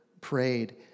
prayed